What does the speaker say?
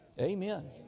Amen